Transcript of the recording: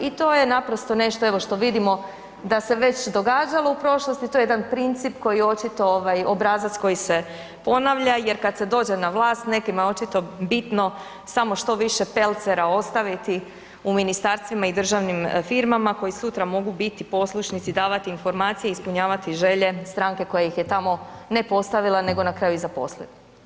I to je naprosto nešto evo što vidimo da se već događalo u prošlosti, to je jedan princip koji očito ovaj obrazac koji se ponavlja jer kad se dođe na vlast nekima je očito bitno samo što više pelcera ostaviti u ministarstvima i državnim firmama koji sutra mogu biti poslušnici, davati informacije, ispunjavati želje stranke koja ih je tamo ne postavila nego na kraju i zaposlila.